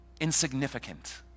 Insignificant